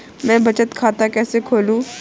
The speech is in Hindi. मैं बचत खाता कैसे खोलूं?